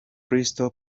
crystal